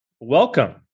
welcome